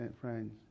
friends